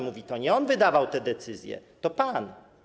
Mówi, że to nie on wydawał te decyzje, to pan.